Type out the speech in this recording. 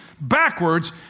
backwards